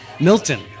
Milton